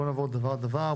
בואו נעבור דבר דבר.